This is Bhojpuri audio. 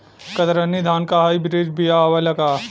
कतरनी धान क हाई ब्रीड बिया आवेला का?